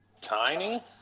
Tiny